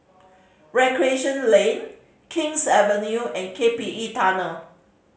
Recreation Lane King's Avenue and K P E Tunnel